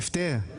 הפטר.